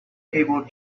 able